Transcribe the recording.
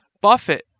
Buffett